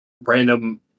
random